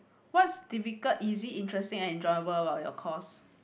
what's difficult easy interesting enjoyable about your course